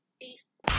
Peace